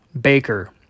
Baker